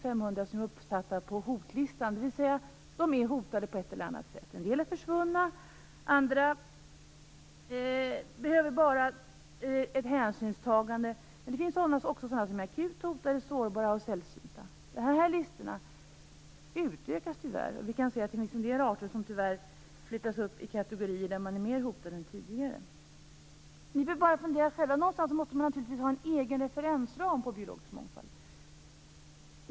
Men det finns också sådana som är akut hotade, sårbara och sällsynta. Dessa listor utökas tyvärr. Det finns en del arter som tyvärr flyttas upp i kategorier där de är mer hotade än tidigare. Man måste naturligtvis ha en egen referensram på biologisk mångfald.